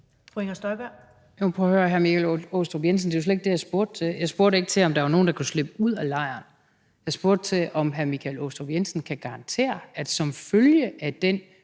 hr. Michael Aastrup Jensen, det var jo slet ikke det, jeg spurgte til. Jeg spurgte ikke til, om der var nogen, der kunne slippe ud af lejren. Jeg spurgte til, om hr. Michael Aastrup Jensen som følge af den